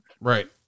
Right